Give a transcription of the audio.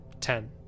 Ten